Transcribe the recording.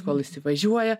kol įsivažiuoja